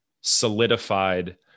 solidified